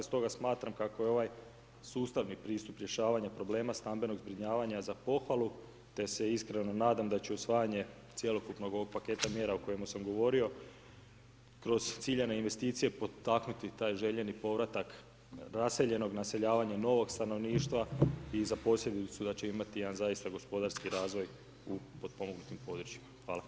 Stoga smatram kako je ovaj sustavni pristup rješavanja problema stambenog zbrinjavanja za pohvalu te se iskreno nadam da će usvajanje cjelokupnog ovog paketa mjera o kojima sam govorio kroz ciljane investicije potaknuti taj željeni povratak raseljenog, naseljavanja novog stanovništva i za posljedicu da će imati jedan zaista gospodarski razvoj u potpomognutim područjima.